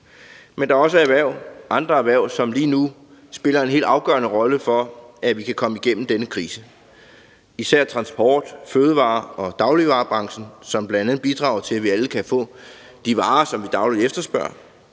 Men der er også andre erhverv, som lige nu spiller en helt afgørende rolle, for at vi kan komme igennem denne krise, især transport-, fødevare- og dagligvarebranchen, som bl.a. bidrager til, at vi alle kan få de varer, som vi dagligt efterspørger.